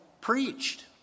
preached